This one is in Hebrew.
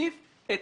מוסיף את